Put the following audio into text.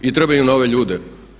I trebamo nove ljude.